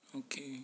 okay